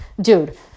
dude